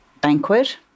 Banquet